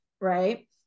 Right